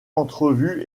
entrevue